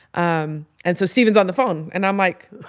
um and so steven's on the phone and i'm like,